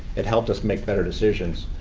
it helped us make better decisions.